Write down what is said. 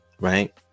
right